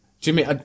Jimmy